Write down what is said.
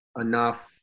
enough